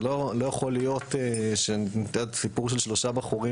לא יכול להיות שסיפור של שלושה בחורים